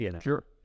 Sure